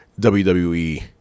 WWE